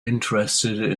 interested